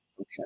Okay